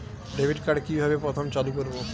Debit card কিভাবে প্রথমে চালু করব?